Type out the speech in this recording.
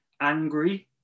angry